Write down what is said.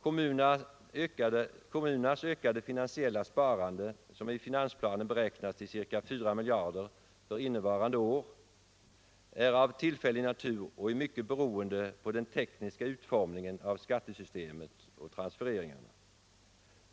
Kommunernas ökade finansiella sparande, som i finansplanen beräknas till ca 4 miljarder för innevarande år, är av tillfällig natur och i mycket beroende av den tekniska utformningen av skattesystemet och transfereringarna.